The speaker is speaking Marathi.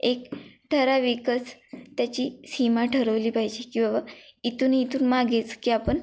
एक ठराविकच त्याची सीमा ठरवली पाहिजे की बाबा इथून इथून मागेच की आपण